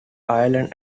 ireland